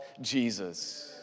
Jesus